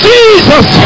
Jesus